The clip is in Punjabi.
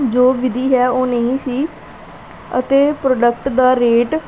ਜੋ ਵਿਧੀ ਹੈ ਉਹ ਨਹੀਂ ਸੀ ਅਤੇ ਪ੍ਰੋਡਕਟ ਦਾ ਰੇਟ